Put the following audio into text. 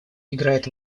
играет